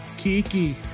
kiki